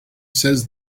says